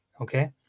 okay